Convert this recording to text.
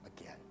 again